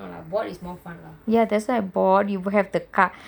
no lah board is more fun lah